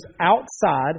outside